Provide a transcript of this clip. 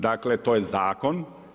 Dakle, to je zakon.